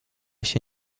się